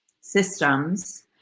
systems